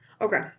Okay